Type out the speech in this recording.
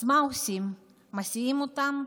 אז מה עושים, מסיעים אותם?